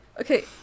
Okay